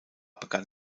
begann